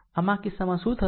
આમ આ કિસ્સામાં શું થશે